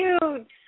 cute